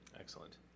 Excellent